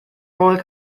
royal